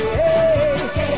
hey